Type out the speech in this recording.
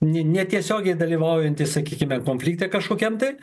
ne netiesiogiai dalyvaujantys sakykime konflikte kažkokiam tai